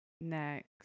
next